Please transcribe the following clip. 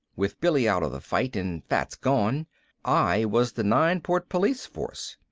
with billy out of the fight and fats gone i was the nineport police force.